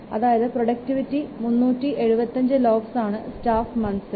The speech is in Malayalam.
അതായത് പ്രോഡക്റ്റിവിറ്റി 375 LOCS ആണ് സ്റ്റാഫ് മന്ത്സ്ഇന്